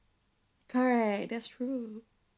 correct that's true